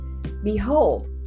Behold